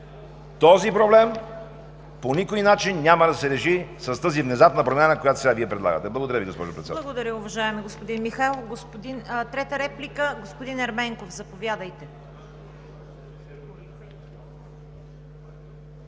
този проблем по никой начин няма да се реши с тази внезапна промяна, която сега Вие предлагате. Благодаря Ви, госпожо Председател.